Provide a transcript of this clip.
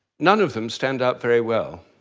none of them stand up very well.